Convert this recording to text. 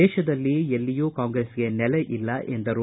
ದೇಶದಲ್ಲಿ ಎಲ್ಲಿಯೂ ಕಾಂಗ್ರೆಸ್ಗೆ ನೆಲೆ ಇಲ್ಲ ಎಂದರು